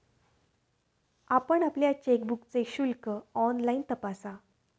आपण आपल्या चेकबुकचे शुल्क ऑनलाइन तपासा